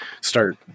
start